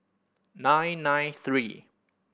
nine nine three